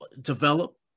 develop